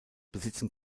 besitzen